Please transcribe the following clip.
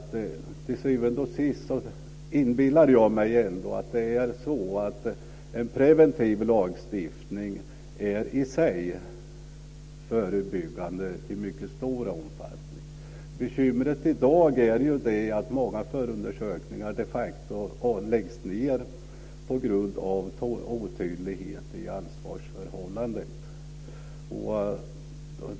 Till syvende och sist är en preventiv lagstiftning i sig förebyggande i mycket stor omfattning. Bekymret i dag är ju att många förundersökningar läggs ned på grund av otydlighet i ansvarsförhållandet.